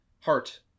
Heart